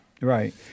Right